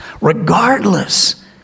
regardless